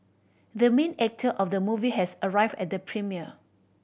the main actor of the movie has arrived at the premiere